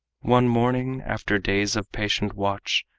one morning, after days of patient watch,